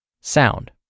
sound